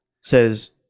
says